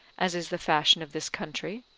as is the fashion of this country?